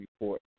Report